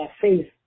faith